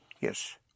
Yes